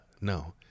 no